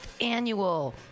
annual